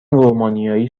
رومانیایی